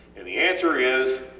and the answer is